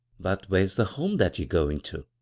but where's the home that yer goaa' to?